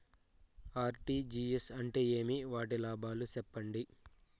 RTGS అంటే ఏమి? వాటి లాభాలు సెప్పండి?